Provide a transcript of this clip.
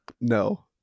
No